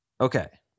Okay